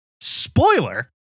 Spoiler